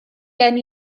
gen